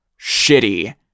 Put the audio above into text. shitty